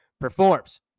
performs